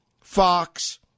Fox